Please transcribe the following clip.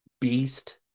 beast